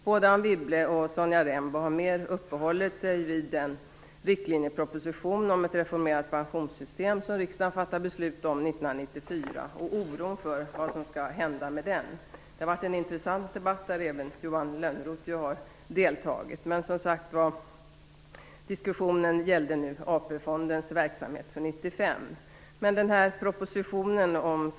Både Anne Wibble och Sonja Rembo har mer uppehållit sig vid den riktlinjeproposition om ett reformerat pensionssystem som riksdagen fattade beslut om 1994 och oron för vad som skall hända med den. Det har varit en intressant debatt där även Johan Lönnroth har deltagit. Men diskussionen gäller nu AP-fondens verksamhet 1995.